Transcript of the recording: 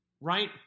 right